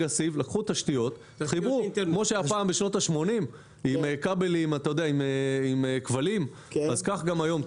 כמו שהיה פעם בשנות ה-80 עם הכבלים, כך גם היום.